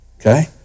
okay